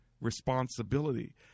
responsibility